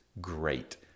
great